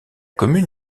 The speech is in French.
commune